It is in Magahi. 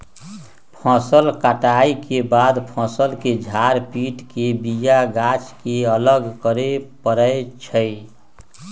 फसल कटाइ के बाद फ़सल के झार पिट के बिया गाछ के अलग करे परै छइ